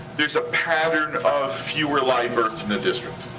there's a pattern of fewer live births in the district